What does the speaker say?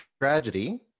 tragedy